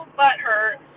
butthurt